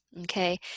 okay